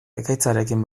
ekaitzarekin